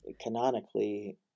Canonically